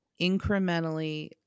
incrementally